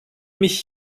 mich